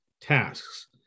tasks